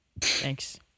Thanks